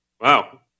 Wow